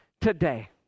today